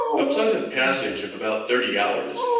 a pleasant passage of about thirty hours,